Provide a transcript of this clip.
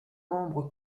membre